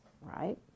right